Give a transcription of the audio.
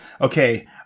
Okay